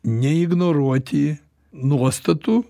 neignoruoti nuostatų